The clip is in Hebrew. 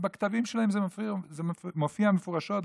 בכתבים שלהם זה מופיע מפורשות,